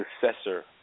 successor